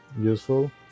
useful